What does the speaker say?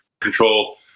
control